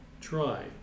try